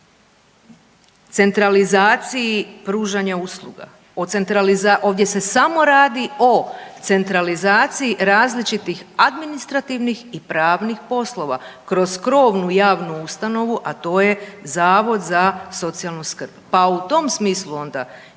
o centralizaciji pružanja usluga, ovdje se samo radi o centralizaciji različitih administrativnih i pravnih poslova kroz krovnu javnu ustanovu, a to je Zavod za socijalnu skrb.